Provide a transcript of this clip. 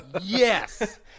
Yes